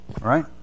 Right